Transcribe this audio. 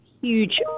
huge